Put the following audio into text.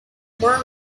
more